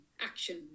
action